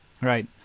Right